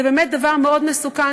זה באמת דבר מאוד מסוכן,